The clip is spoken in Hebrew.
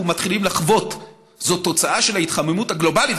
מתחילים לחוות זה תוצאה של ההתחממות הגלובלית,